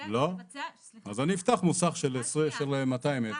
אז אני אפתח מוסך של 200 מטר.